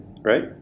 right